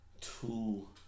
two